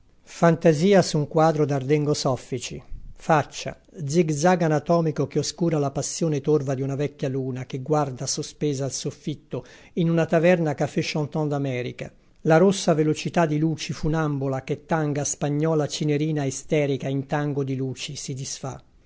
fantasia su un quadro d'ardengo soffici faccia zig zag anatomico che oscura la passione torva di una vecchia luna che guarda sospesa al soffitto in una taverna café chantant d'america la rossa velocità di luci funambola che tanga spagnola cinerina isterica in tango di luci si disfà